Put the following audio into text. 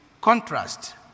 contrast